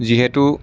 যিহেতু